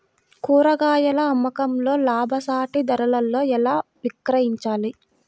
కూరగాయాల అమ్మకంలో లాభసాటి ధరలలో ఎలా విక్రయించాలి?